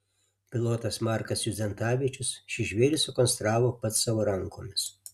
pilotas markas judzentavičius šį žvėrį sukonstravo pats savo rankomis